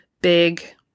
big